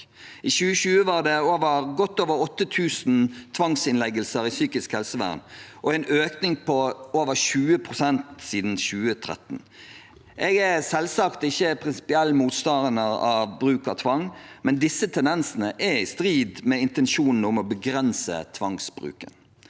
I 2020 var det godt over 8 000 tvangsinnleggelser i psykisk helsevern og en økning på over 20 pst. siden 2013. Jeg er selvsagt ikke prinsipiell motstander av bruk av tvang, men disse tendensene er i strid med intensjonen om å begrense tvangsbruken.